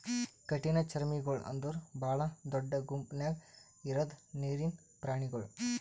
ಕಠಿಣಚರ್ಮಿಗೊಳ್ ಅಂದುರ್ ಭಾಳ ದೊಡ್ಡ ಗುಂಪ್ ನ್ಯಾಗ ಇರದ್ ನೀರಿನ್ ಪ್ರಾಣಿಗೊಳ್